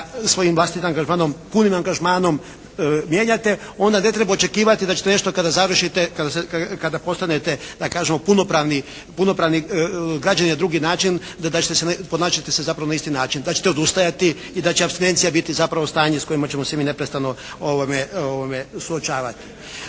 svojim vlastitim angažmanom, punim angažmanom mijenjate onda ne treba očekivati da ćete nešto kada završite, kada postanete da kažemo punopravni građani na drugi način, ponašat ćete se zapravo na isti način, da ćete odustajati i da će apstinencija biti zapravo stanje s kojima ćemo se mi neprestano suočavati.